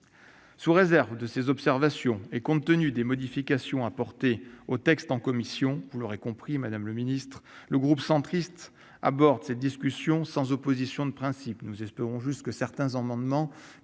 Sous réserve de ces observations, et compte tenu des modifications apportées au texte en commission, vous l'aurez compris, madame la ministre, le groupe centriste aborde cette discussion sans opposition de principe. Nous espérons juste que certains amendements